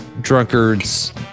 drunkards